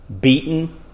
beaten